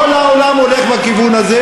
כל העולם הולך בכיוון הזה,